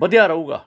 ਵਧੀਆ ਰਹੂੰਗਾ